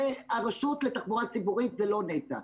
הרשות לתחבורה ציבורית זה לא נת"ע.